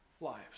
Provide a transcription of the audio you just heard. lives